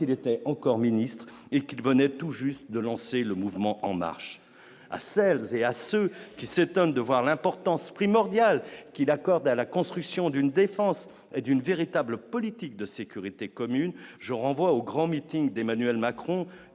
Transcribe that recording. qu'il était encore ministre et qu'il venait tout juste de lancer le mouvement en marche à celles et à ceux qui s'étonnent de voir l'importance primordiale qu'il accorde à la construction d'une défense d'une véritable politique de sécurité commune, je renvoie au grand meeting d'Emmanuel Macron